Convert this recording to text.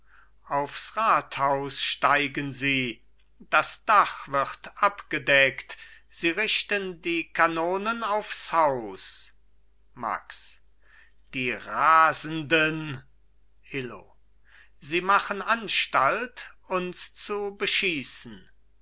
aufs rathaus steigen sie das dach wird abgedeckt sie richten die kanonen aufs haus max die rasenden illo sie machen anstalt uns zu beschießen